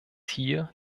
hier